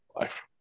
life